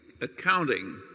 accounting